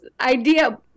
idea